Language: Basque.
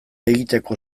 egiteko